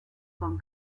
con